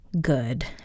good